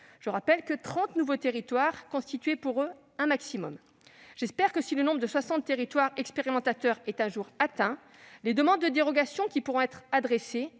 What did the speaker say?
de trente nouveaux territoires constituait un maximum. J'espère que, si le nombre de soixante territoires expérimentateurs est un jour atteint, les demandes de dérogation qui pourront être adressées